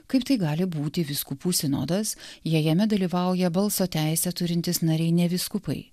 kaip tai gali būti vyskupų sinodas jei jame dalyvauja balso teisę turintys nariai ne vyskupai